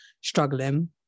struggling